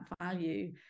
value